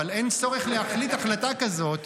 אבל אין צורך להחליט החלטה כזאת,